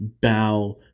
bow